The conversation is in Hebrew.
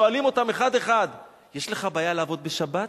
שואלים אותם אחד-אחד: יש לך בעיה לעבוד בשבת?